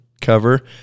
cover